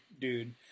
dude